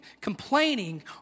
complaining